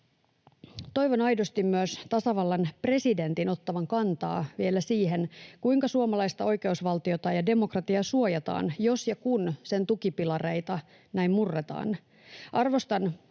Toivon aidosti myös tasavallan presidentin ottavan kantaa vielä siihen, kuinka suomalaista oikeusvaltiota ja demokratiaa suojataan, jos ja kun sen tukipilareita näin murretaan.